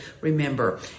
remember